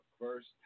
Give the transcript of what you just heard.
first